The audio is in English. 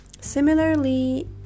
Similarly